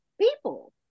people